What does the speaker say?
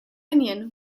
union